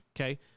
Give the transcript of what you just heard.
Okay